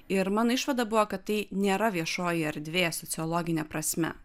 ir mano išvada buvo kad tai nėra viešoji erdvė sociologine prasme